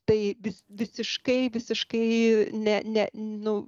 tai vis visiškai visiškai ne ne nu